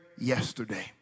yesterday